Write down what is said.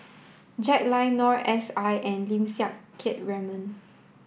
Jack Lai Noor S I and Lim Siang Keat Raymond